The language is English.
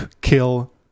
kill